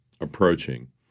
approaching